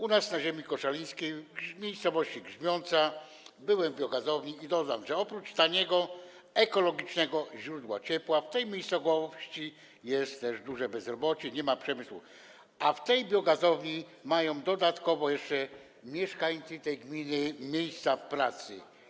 U nas, na ziemi koszalińskiej, w miejscowości Grzmiąca byłem w biogazowni i dodam, że oprócz taniego, ekologicznego źródła ciepła - w tej miejscowości jest też duże bezrobocie, nie ma przemysłu - w tej biogazowni mają dodatkowo jeszcze mieszkańcy tej gminy miejsca pracy.